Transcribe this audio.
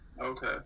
Okay